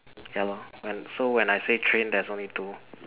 ya lor when so when I say train there's only two